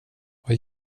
vad